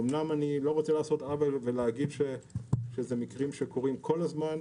אמנם אני לא רוצה לעשות עוול ולהגיד שאלה מקרים שקורים כל הזמן,